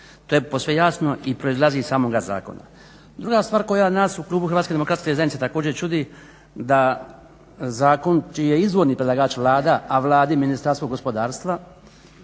To je posve jasno i proizlazi iz samoga zakona. Druga stvar koja nas u klubu HDZ-a također čudi da zakon čiji je izvorni predlagač Vlada, a Vladi Ministarstvo gospodarstva